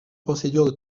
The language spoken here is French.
procédure